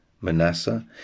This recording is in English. Manasseh